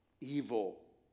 evil